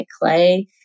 clay